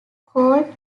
called